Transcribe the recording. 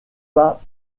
pas